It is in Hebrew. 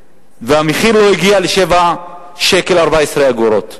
והמחיר לא הגיע ל-7 שקלים ו-14 אגורות.